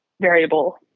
variable